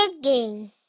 digging